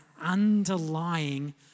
underlying